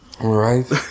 Right